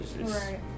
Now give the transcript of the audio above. Right